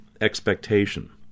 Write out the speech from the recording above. expectation